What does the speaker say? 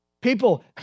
People